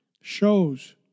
shows